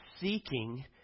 seeking